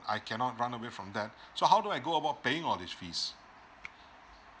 I cannot run away from that so how do I go about paying all this fees